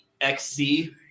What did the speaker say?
XC